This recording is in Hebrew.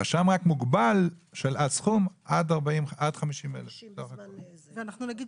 הרשם רק מוגבל עד 50,000. אנחנו נגיד